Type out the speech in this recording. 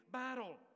battle